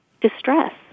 distress